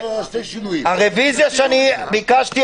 הרביזיה שאני ביקשתי,